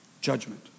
judgment